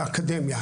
באקדמיה.